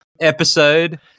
episode